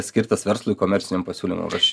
skirtas verslui komerciniam pasiūlymam rašyt